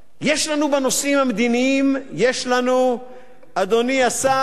יש לנו בנושאים המדיניים, אדוני השר,